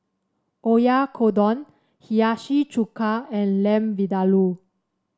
Oyakodon Hiyashi Chuka and Lamb Vindaloo